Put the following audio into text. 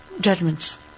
judgments